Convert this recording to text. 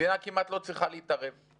המדינה כמעט לא צריכה להתערב.